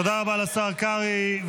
תודה רבה לשר קרעי.